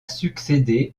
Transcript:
succédé